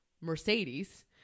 Mercedes